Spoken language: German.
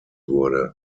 wurde